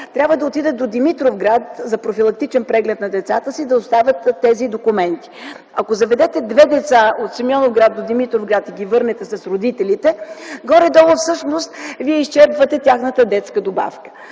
трябва да отидат до Димитровград за профилактичен преглед на децата си, за да доставят тези документи. Ако заведете две деца от Симеоновград до Димитровград и ги върнете с родителите, горе-долу всъщност Вие изчерпвате тяхната детска добавка.